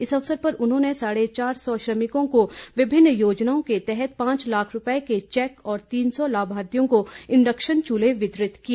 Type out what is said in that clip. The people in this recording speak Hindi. इस अवसर पर उन्होंने साढे चार सौ श्रमिकों को विभिन्न योजनाओं के तहत पांच लाख रुपए के चैक और तीन सौ लाभार्थियों को इंडक्शन चूल्हे वितरित किए